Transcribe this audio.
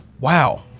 Wow